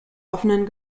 offenen